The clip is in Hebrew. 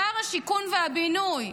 שר השיכון והבינוי,